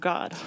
God